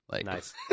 Nice